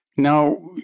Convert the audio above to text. Now